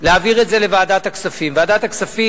ומאז הוועדה לא דנה בכך.